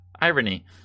Irony